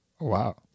Wow